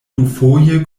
dufoje